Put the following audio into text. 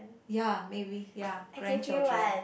ya maybe ya grandchildren